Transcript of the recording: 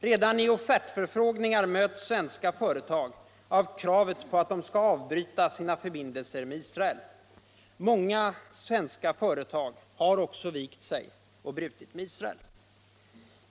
Redan i offertförfrågningar möts svenska företag av kravet att de skall avbryta sina förbindelser med Isracl. Mänga svenska företag har vikt sig och brutit med Israel.